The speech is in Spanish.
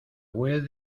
web